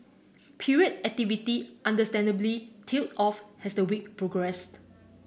period activity understandably tailed off has the week progressed